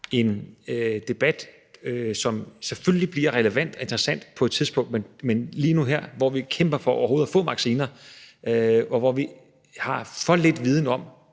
en debat, som selvfølgelig bliver relevant og interessant på et tidspunkt. Men lige nu her kæmper vi for overhovedet at få vacciner, og vi har for lidt viden om,